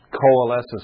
coalesces